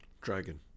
Dragon